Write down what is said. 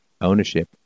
ownership